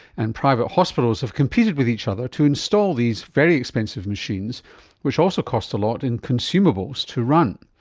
and private hospitals have competed with each other to install these very expensive machines which also cost a lot in consumables to run.